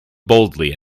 boldly